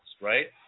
right